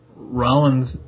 Rollins